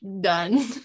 done